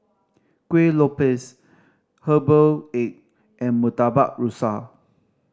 Kueh Lopes herbal egg and Murtabak Rusa